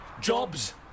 Jobs